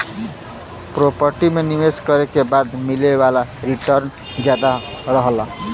property में निवेश करे के बाद मिले वाला रीटर्न जादा रहला